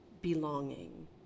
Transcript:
belonging